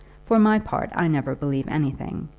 for my part i never believe anything.